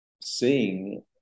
seeing